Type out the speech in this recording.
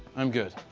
i'm good.